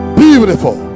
beautiful